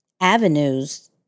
avenues